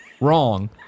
wrong